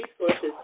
resources